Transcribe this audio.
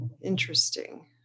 Interesting